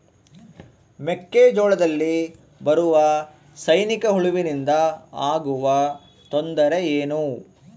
ಮೆಕ್ಕೆಜೋಳದಲ್ಲಿ ಬರುವ ಸೈನಿಕಹುಳುವಿನಿಂದ ಆಗುವ ತೊಂದರೆ ಏನು?